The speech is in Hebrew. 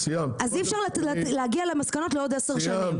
אז אי אפשר להגיע למסקנות לעוד 10 שנים.